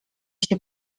się